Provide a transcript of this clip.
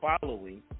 following